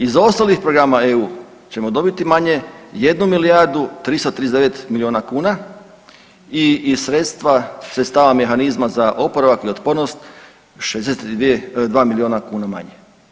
Iz ostalih programa EU ćemo dobiti manje 1 milijardu 339 milijuna kuna i iz sredstava mehanizma za oporavak i otpornost 62 milijuna kuna manje.